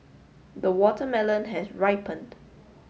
the watermelon has ripened